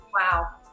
wow